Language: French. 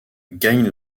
gagnent